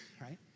right